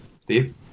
Steve